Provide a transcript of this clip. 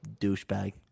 douchebag